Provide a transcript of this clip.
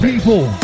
People